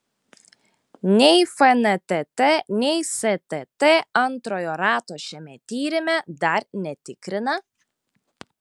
nei fntt nei stt antrojo rato šiame tyrime dar netikrina